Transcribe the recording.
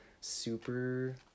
super